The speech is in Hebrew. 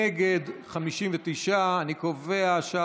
נגד, 56. שתי